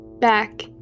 Back